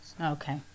okay